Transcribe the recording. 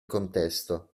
contesto